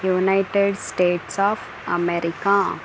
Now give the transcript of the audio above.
United States of America